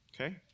okay